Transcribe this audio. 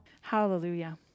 Hallelujah